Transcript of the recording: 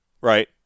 right